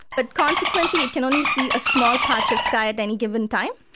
but consequently it can only see a small patch of sky at any given time.